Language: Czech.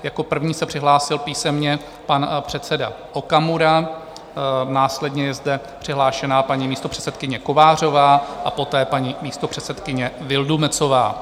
Jako první se přihlásil písemně pan předseda Okamura, následně je zde přihlášená paní místopředsedkyně Kovářová a poté paní místopředsedkyně Vildumetzová.